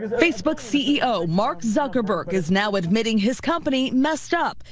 facebook's ceo mark zuckerberg is now admitting his company messed up,